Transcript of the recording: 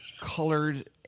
colored